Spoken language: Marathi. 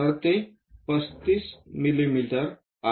तर ते 35 मिमी आहे